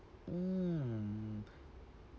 mm